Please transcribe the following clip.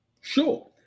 Sure